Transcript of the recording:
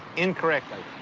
incorrectly.